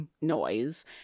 noise